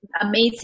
Amazing